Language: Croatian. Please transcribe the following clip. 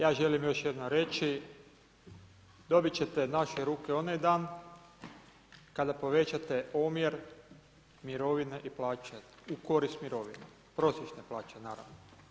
Ja želim još jednom reći, dobiti ćete naše ruke onaj dan, kada povećate omjer mirovine i plaće u korist mirovina, prosječne plaće, naravno.